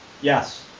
Yes